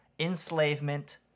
enslavement